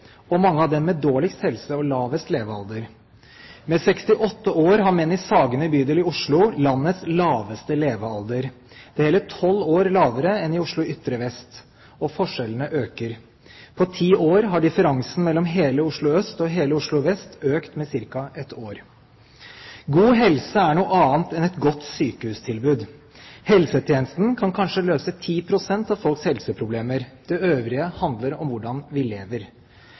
Med 68 år har menn i Sagene bydel i Oslo landets laveste levealder. Det er hele 12 år lavere enn i Oslo ytre vest, og forskjellene øker. På ti år har differansen mellom hele Oslo øst og hele Oslo vest økt med ca. ett år. God helse er noe annet enn godt sykehustilbud. Helsetjenesten kan kanskje løse 10 pst. av folks helseproblemer. Det øvrige handler om hvordan vi lever.